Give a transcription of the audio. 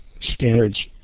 standards